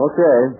Okay